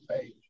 Page